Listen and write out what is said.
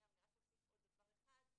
אני רק אוסיף עוד דבר אחד.